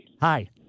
Hi